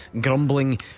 Grumbling